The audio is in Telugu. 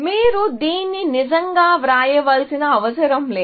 మీరు దీన్ని నిజంగా వ్రాయవలసిన అవసరం లేదు